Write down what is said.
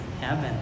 heaven